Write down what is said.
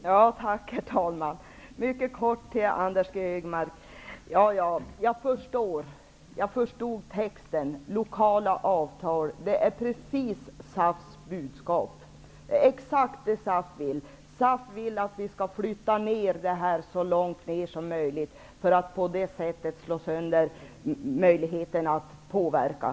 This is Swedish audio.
Herr talman! Låt mig mycket kort säga till Anders G Högmark att jag förstod texten. Lokala avtal är precis det budskap SAF för fram. Det är exakt vad SAF vill ha. SAF vill att vi skall flytta ner avtalen så långt som möjligt för att slå sönder möjligheterna att påverka.